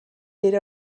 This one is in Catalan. era